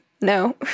no